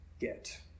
get